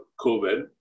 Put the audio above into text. COVID